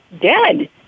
dead